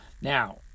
now